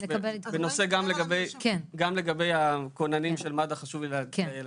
גם לגבי הכוננים של מד"א חשוב לי להדגיש,